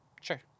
Sure